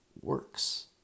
works